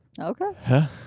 Okay